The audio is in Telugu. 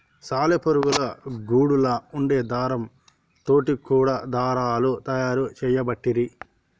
సాలె పురుగుల గూడులా వుండే దారం తోటి కూడా దారాలు తయారు చేయబట్టిరి